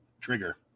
Trigger